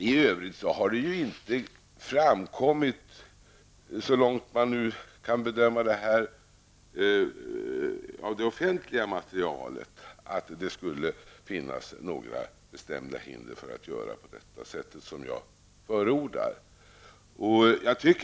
I övrigt har det inte så långt man kan bedöma av det offentliga materialet framkommit att det skulle finnas några särskilda hinder för att göra på det sätt som jag förordar.